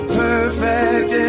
perfect